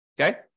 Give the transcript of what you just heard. Okay